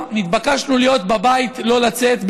התבקשנו להיות כל סוף השבוע בבית, לא לצאת.